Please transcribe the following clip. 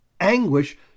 Anguish